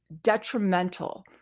detrimental